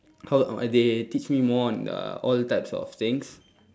how uh they teach me more on uh all types of things